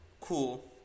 cool